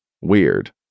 weird